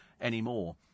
anymore